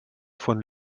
von